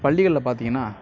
பள்ளிகளில் பார்த்தீங்கன்னா